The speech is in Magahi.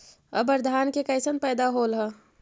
अबर धान के कैसन पैदा होल हा?